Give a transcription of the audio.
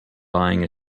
buying